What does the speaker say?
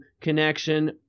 connection